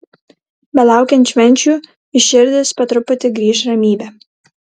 belaukiant švenčių į širdis po truputį grįš ramybė